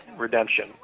Redemption